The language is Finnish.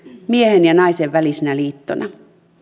miehen ja naisen välisenä liittona